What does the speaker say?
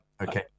Okay